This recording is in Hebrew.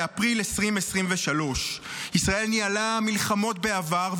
באפריל 2023. ישראל ניהלה מלחמות בעבר,